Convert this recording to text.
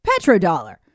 petrodollar